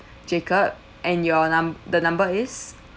jacob and your num~ the number is